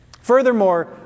Furthermore